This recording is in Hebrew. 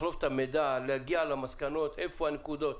לחלוב את המידע, להגיע למסקנות איפה הנקודות...